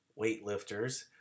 weightlifters